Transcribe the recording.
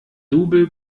double